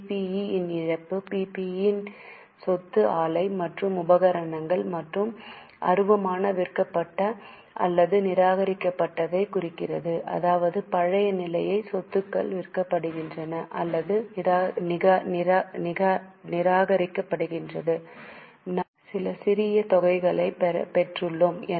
PPE இன் இழப்பு PPE என்பது சொத்து ஆலை மற்றும் உபகரணங்கள் மற்றும் அருவமான விற்கப்பட்ட அல்லது நிராகரிக்கப்பட்டதைக் குறிக்கிறது அதாவது பழைய நிலையான சொத்துக்கள் விற்கப்படுகின்றன அல்லது நிராகரிக்கப்படுகின்றன நாம்சில சிறிய தொகைகளைப் பெற்றுள்ளோம்